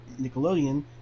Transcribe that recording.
Nickelodeon